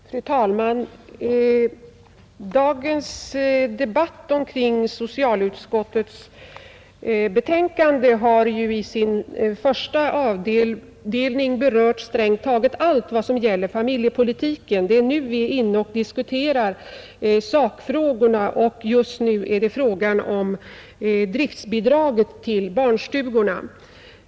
Fru talman! Dagens debatt omkring socialutskottets betänkande har i sin första avdelning berört strängt taget allt som gäller familjepolitiken. Det är nu vi diskuterar sakfrågorna, och just nu är det fråga om driftbidrag till barnstugorna.